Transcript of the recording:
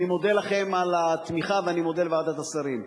אני מודה לכם על התמיכה ואני מודה לוועדת השרים.